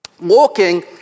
Walking